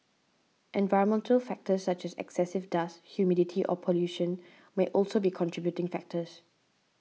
environmental factors such as excessive dust humidity or pollution may also be contributing factors